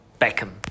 Beckham